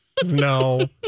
No